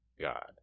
God